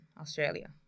australia